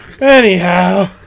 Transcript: Anyhow